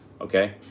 Okay